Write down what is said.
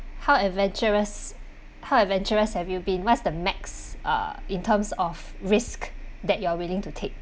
how adventurous how adventurous have you been what is the max uh in terms of risk that you are willing to take